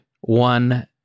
One